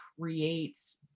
creates